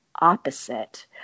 opposite